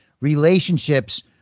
relationships